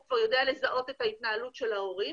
הוא כבר יודע לזהות את ההתנהלות של ההורים